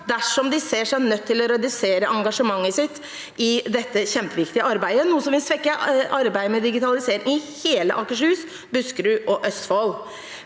dersom de ser seg nødt til å redusere engasjementet sitt i dette kjempeviktige arbeidet, noe som vil svekke arbeidet med digitalisering i hele Akershus, Buskerud og Østfold.